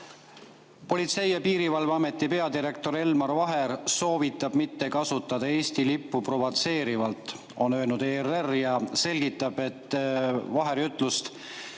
Politsei‑ ja Piirivalveameti peadirektor Elmar Vaher soovitab mitte kasutada Eesti lippu provotseerivalt, on öelnud ERR, ja selgitab Vaheri ütlust: